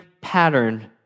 pattern